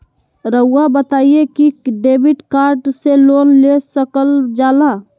रहुआ बताइं कि डेबिट कार्ड से लोन ले सकल जाला?